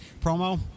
promo